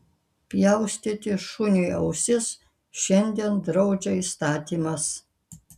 pjaustyti šuniui ausis šiandien draudžia įstatymas